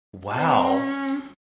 Wow